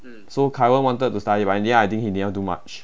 so kai wen wanted to study but in the end I think he didn't do much